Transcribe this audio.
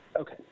Okay